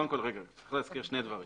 צריך להזכיר שני דברים